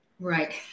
Right